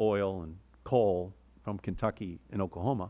oil and coal from kentucky and oklahoma